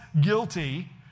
guilty